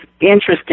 interesting